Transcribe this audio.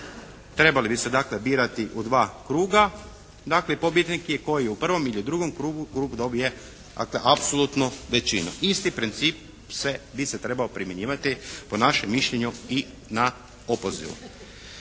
trebali bi se dakle birati u dva kruga, dakle pobjednik je koji u prvom ili drugom krugu dobije dakle apsolutnu većinu. Isti princip bi se trebao primjenjivati po našem mišljenju i na opozivu.